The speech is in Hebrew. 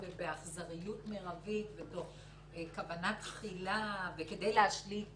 על רצח בנסיבות מחמירות ואכזריות מרבית מתוך כוונה תחילה וכדי להשליט